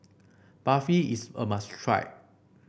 barfi is a must try